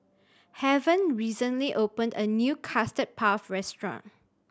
Heaven recently opened a new Custard Puff restaurant